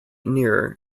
nearer